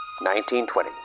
1920